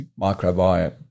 microbiome